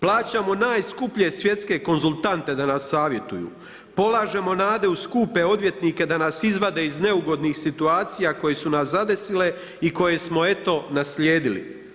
Plaćamo najskuplje svjetske konzultante da nas savjetuju, polažemo nade u skupe odvjetnike da nas izvade iz neugodnih situacija koje su nas zadesile i koje smo eto, naslijedili.